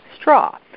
straw